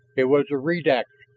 it was the redax,